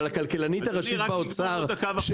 אבל הכלכלנית הראשית באוצר,